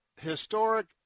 historic